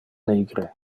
nigre